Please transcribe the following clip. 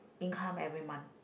income every month